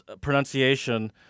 pronunciation